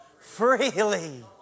freely